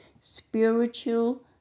Spiritual